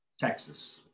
Texas